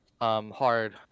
Hard